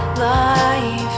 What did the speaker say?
life